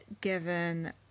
given